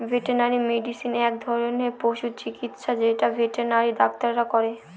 veterinary medicine এক ধরনের পশু চিকিৎসা যেটা ভেটেনারি ডাক্তাররা করে